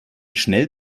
schnell